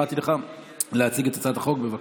בבקשה.